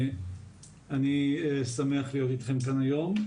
אני שמח להיות אתכם כאן היום.